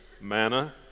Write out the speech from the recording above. Manna